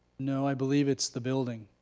no, i believe it's the building.